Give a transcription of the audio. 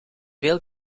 veel